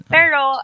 Pero